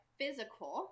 physical